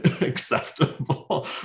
acceptable